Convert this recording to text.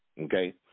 okay